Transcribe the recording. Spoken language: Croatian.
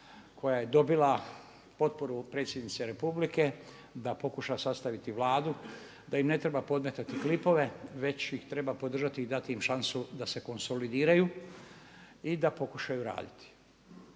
koja je dobila potporu Predsjednice Republike da pokuša sastaviti Vladu, da im ne treba podmetati klipove već ih treba podržati i dati im šansu da se konsolidiraju i da pokušaju raditi.